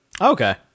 Okay